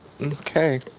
okay